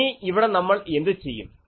ഇനി ഇവിടെ നമ്മൾ എന്ത് ചെയ്യും